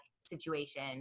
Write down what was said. situation